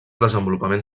desenvolupament